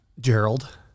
Gerald